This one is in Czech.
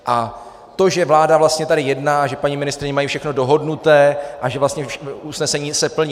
A to, že vláda vlastně tady jedná, že paní ministryně mají všechno dohodnuté a že vlastně usnesení se plní...